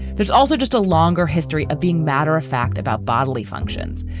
there's also just a longer history of being, matter of fact, about bodily functions.